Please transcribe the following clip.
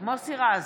מוסי רז,